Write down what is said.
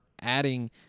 adding